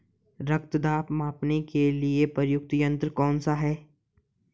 रक्त दाब मापने के लिए प्रयुक्त यंत्र कौन सा है?